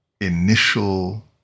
initial